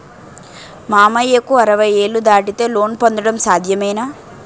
మామయ్యకు అరవై ఏళ్లు దాటితే లోన్ పొందడం సాధ్యమేనా?